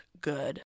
good